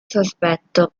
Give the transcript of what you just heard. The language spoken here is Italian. sospetto